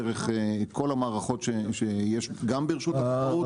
דרך כל המערכות שיש גם ברשות התחרות, וגם לנו.